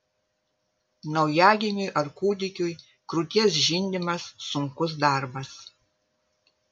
naujagimiui ar kūdikiui krūties žindimas sunkus darbas